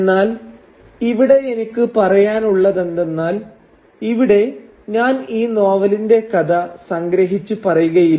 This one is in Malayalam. എന്നാൽ ഇവിടെ എനിക്ക് പറയാനുള്ളതെന്തെന്നാൽ ഇവിടെ ഞാൻ ഈ നോവലിന്റെ കഥ സംഗ്രഹിച്ച് പറയുകയില്ല